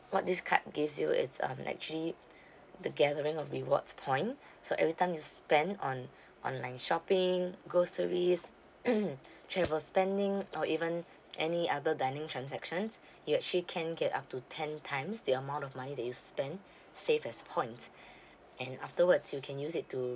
what this card gives you is um actually the gathering of rewards point so every time you spend on online shopping groceries travel spending or even any other dining transactions you actually can get up to ten times the amount of money that you spent saved as points and afterwards you can use it to